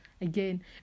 again